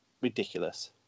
ridiculous